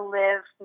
live